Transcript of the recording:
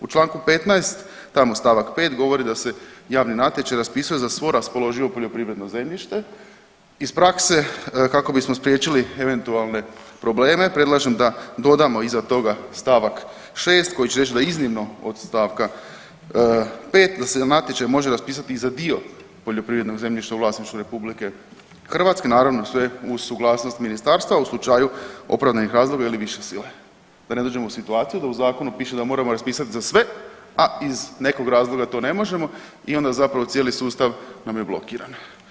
U članku 15. tamo stavak 5. govori da se javni natječaj raspisuje za svo raspoloživo poljoprivredno zemljište iz prakse kako bismo spriječili eventualne probleme predlažem da dodamo iza toga stavak šest koji će reći da iznimno od stavka 5. da se natječaj može raspisati i za dio poljoprivrednog zemljišta u vlasništvu Republike Hrvatske naravno sve uz suglasnost ministarstva u slučaju opravdanih razloga ili više sile, da ne dođemo u situaciju da u zakonu piše da moramo raspisati za sve a iz nekog razloga to ne možemo i onda zapravo cijeli sustav nam je blokiran.